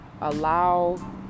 allow